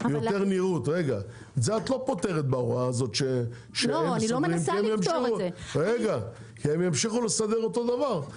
את זה את לא פותרת בהוראה הזו כי הם ימשיכו לסדר אותו דבר ,